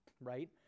right